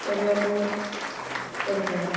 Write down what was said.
କରିବାକୁ ପଡ଼ିଥାଏ